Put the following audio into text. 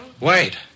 Wait